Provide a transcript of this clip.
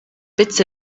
bits